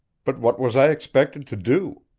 but what was i expected to do?